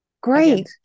great